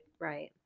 right